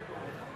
טוב שם משמן טוב.